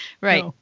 right